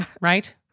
right